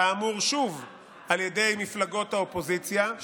כאמור שוב על ידי מפלגות האופוזיציה,